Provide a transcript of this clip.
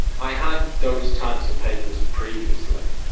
i had those types of papers previously,